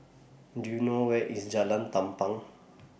Do YOU know Where IS Jalan Tampang